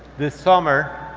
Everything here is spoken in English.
this summer,